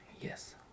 Yes